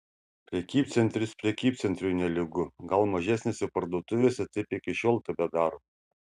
prekybcentris prekybcentriui nelygu gal mažesnėse parduotuvėse taip iki šiol tebedaro